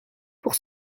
pour